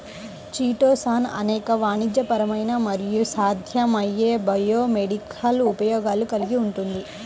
chitosan అనేక వాణిజ్యపరమైన మరియు సాధ్యమయ్యే బయోమెడికల్ ఉపయోగాలు కలిగి ఉంటుంది